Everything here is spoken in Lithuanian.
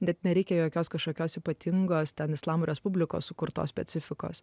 net nereikia jokios kažkokios ypatingos ten islamo respublikos sukurtos specifikos